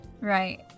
Right